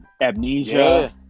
Amnesia